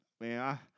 Man